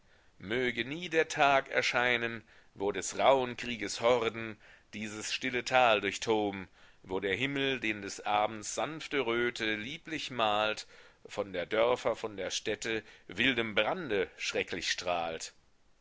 möge nie der tag erscheinen wo des rauhen krieges horden dieses stille tal durchtoben wo der himmel den des abends sanfte röte lieblich malt von der dörfer von der städte wildem brande schrecklich strahlt